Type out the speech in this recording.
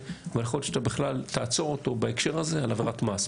אבל אתה בכלל תעצור אותו בהקשר הזה על עבירת מס.